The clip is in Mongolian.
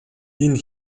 энэ